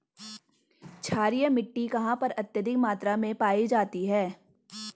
क्षारीय मिट्टी कहां पर अत्यधिक मात्रा में पाई जाती है?